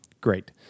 Great